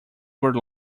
were